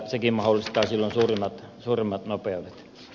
sekin mahdollistaa silloin suuremmat nopeudet